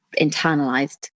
internalized